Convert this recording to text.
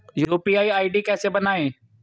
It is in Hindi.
यू.पी.आई आई.डी कैसे बनाएं?